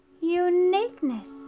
uniqueness